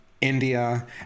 India